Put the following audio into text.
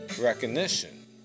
recognition